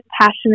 passionate